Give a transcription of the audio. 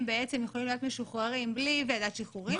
בעצם יכולים להיות משוחררים בלי ועדת שחרורים,